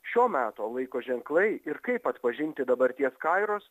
šio meto laiko ženklai ir kaip atpažinti dabarties kairos